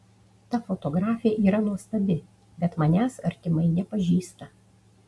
ta fotografė yra nuostabi bet manęs artimai nepažįsta